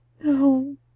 No